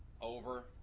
over